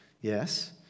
Yes